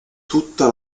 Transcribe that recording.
tutta